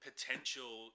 potential